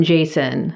Jason